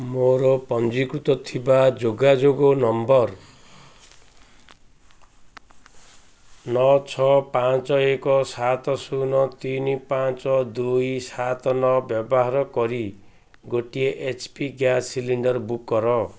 ମୋର ପଞ୍ଜୀକୃତ ଥିବା ଯୋଗାଯୋଗ ନମ୍ବର୍ ନଅ ଛଅ ପାଞ୍ଚ ଏକ ସାତ ଶୂନ ତିନି ପାଞ୍ଚ ଦୁଇ ସାତ ନଅ ବ୍ୟବାହାର କରି ଗୋଟିଏ H P gas cylinder book କର